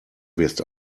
wirst